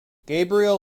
gabriel